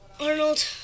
Arnold